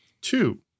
Two